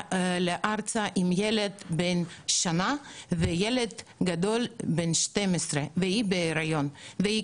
הגיעה לארץ עם ילד בן שנה וילד גדול בן 12. היא בהיריון והיא